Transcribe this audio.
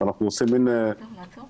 אנחנו עושים מעין מפגשים,